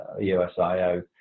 USIO